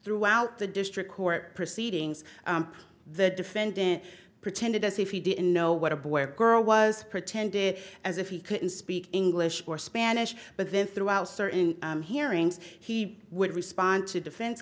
throughout the district court proceedings the defendant pretended as if he didn't know what a boy or girl was pretended as if he couldn't speak english or spanish but then threw out certain hearings he would respond to defense